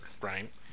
right